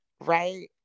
right